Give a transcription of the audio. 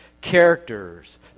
characters